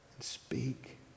Speak